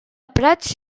prats